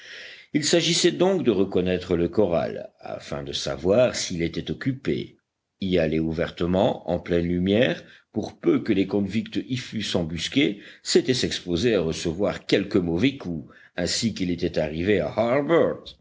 il s'agissait donc de reconnaître le corral afin de savoir s'il était occupé y aller ouvertement en pleine lumière pour peu que les convicts y fussent embusqués c'était s'exposer à recevoir quelque mauvais coup ainsi qu'il était arrivé à